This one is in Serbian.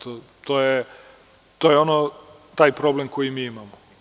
Eto to je taj problem koji mi imamo.